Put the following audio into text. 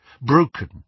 broken